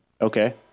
Okay